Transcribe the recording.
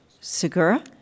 Segura